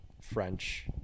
french